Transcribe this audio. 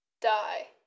die